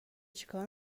چیکار